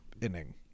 inning